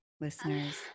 listeners